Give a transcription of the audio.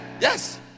yes